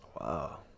Wow